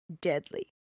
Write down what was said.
deadly